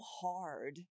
hard